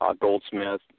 Goldsmith